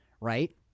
Right